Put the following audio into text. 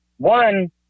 One